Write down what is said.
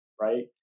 right